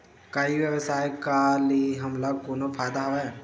का ई व्यवसाय का ले हमला कोनो फ़ायदा हवय?